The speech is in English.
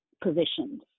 positions